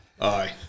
Aye